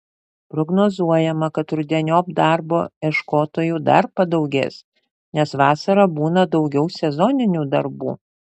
prognozuojama kad rudeniop darbo ieškotojų dar padaugės nes vasarą būna daugiau sezoninių darbų